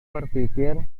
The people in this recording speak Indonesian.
berpikir